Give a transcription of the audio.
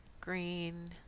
green